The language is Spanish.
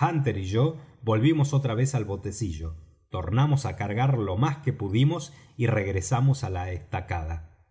hunter y yo volvimos otra vez al botecillo tornamos á cargar lo más que pudimos y regresamos á la estacada